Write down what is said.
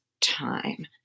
time